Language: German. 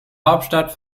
hauptstadt